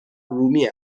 رومی